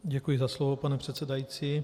Děkuji za slovo, pane předsedající.